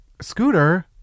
scooter